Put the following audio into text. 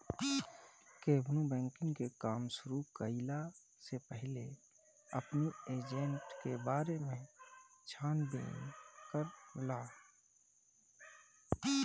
केवनो बैंकिंग के काम शुरू कईला से पहिले अपनी एजेंट के बारे में छानबीन कर लअ